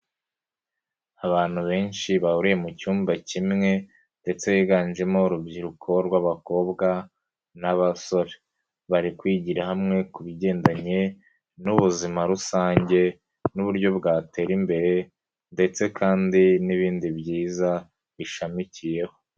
Abantu benshi bahuriye mu cyumba kimwe ndetse higanjemo urubyiruko rw'abakobwa n'abasore bari kwigira hamwe ku bigendanye n'ubuzima rusange n'uburyo bwatera imbere ndetse kandi n'ibindi byiza bishamikiyeho.